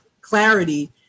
clarity